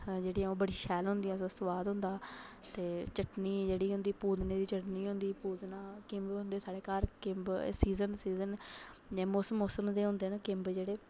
ओह् बड़ी शैल होंदियां न सुआद होंदा ऐ ते चटनी जेह्ड़ी होंदी पूतने दी चटनी होंदी पूतना होंदा साढ़ै घर घर किम्ब सीजन सीजन मौसम मौसम दे होंदे न किम्ब जेह्ड़े